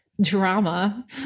drama